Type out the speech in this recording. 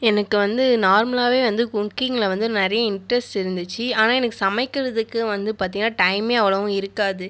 எனக்கு வந்து நார்மலாகவே வந்து குக்கிங்கில் வந்து நிறைய இன்ட்ரெஸ்ட் இருந்துச்சு ஆனால் எனக்கு சமைக்கிறதுக்கு வந்து பார்த்திங்கன்னா டைமே அவ்வளோவும் இருக்காது